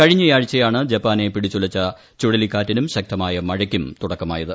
കഴിഞ്ഞയാഴ്ചയാണ് ജപ്പാനെ പിടിച്ചുലച്ച ചുഴലിക്കാറ്റിനും ശക്തമായ മഴയ്ക്കും തുടക്കമായത്